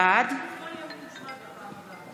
בעד